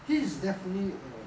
he is definitely a